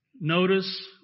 Notice